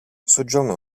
soggiornò